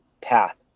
path